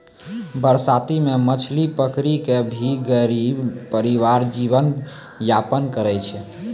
बरसाती मॅ मछली पकड़ी कॅ भी गरीब परिवार जीवन यापन करै छै